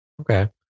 okay